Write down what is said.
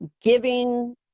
giving